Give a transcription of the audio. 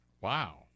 Wow